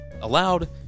allowed